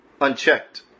unchecked